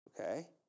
okay